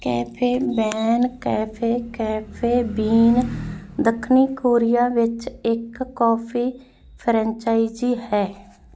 cafe bene cafe cafe bean ਦੱਖਣੀ Korea ਵਿੱਚ ਇੱਕ ਕੌਫੀ ਫ੍ਰੈਂਚਾਇਜ਼ੀ ਹੈ